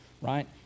right